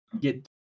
get